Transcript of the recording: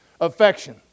affection